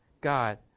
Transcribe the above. God